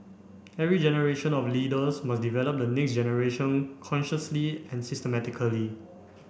every generation of leaders must develop the next generation consciously and systematically